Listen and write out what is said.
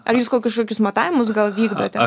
ar jūs gal kažkokius matavimus gal vykdote